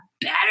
better